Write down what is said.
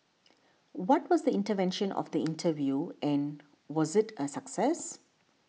what was the intention of the interview and was it a success